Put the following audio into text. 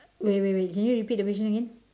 wait wait wait can you repeat the question again